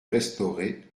restauré